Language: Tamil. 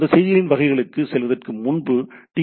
அந்த செய்திகளின் வகைகளுக்குச் செல்வதற்கு முன்பு டி